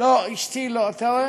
לא, אשתי לא.